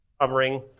covering